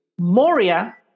Moria